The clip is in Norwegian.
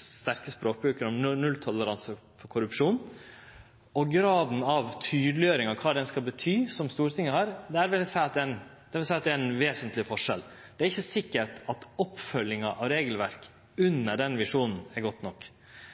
sterke språkbruken når det gjeld nulltoleranse for korrupsjon, og graden av tydeleggjeringa, kva den skal bety – som Stortinget har – der vil eg seie at det er ein vesentleg forskjell. Det er ikkje sikkert at oppfølginga av regelverk under den visjonen er god nok.